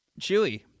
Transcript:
Chewy